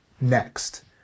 next